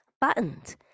Buttoned